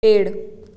पेड़